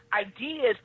ideas